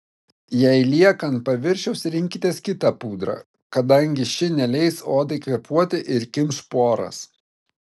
jei lieka ant paviršiaus rinkitės kitą pudrą kadangi ši neleis odai kvėpuoti ir kimš poras